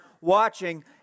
watching